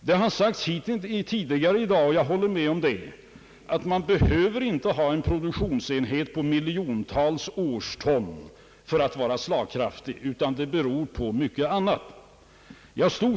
Det har sagts tidigare i dag, och det håller jag med om, att det inte behövs en produktion på miljontals årston för att vara slagkraftig, utan det beror på mycket annat.